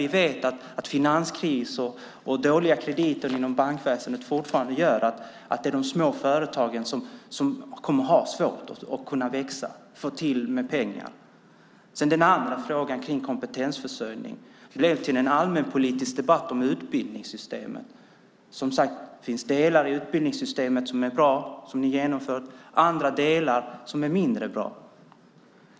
Vi vet att finanskriser och dåliga krediter inom bankväsendet gör att de små företagen fortfarande kommer att ha svårt att kunna växa och få fram pengar. Min andra fråga om kompetensförsörjningen blev till en allmänpolitisk debatt om utbildningssystemet. Som sagt: Det finns delar i det ni genomfört i utbildningssystemet som är bra och andra delar som är mindre bra.